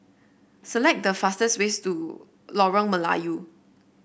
select the fastest ways to Lorong Melayu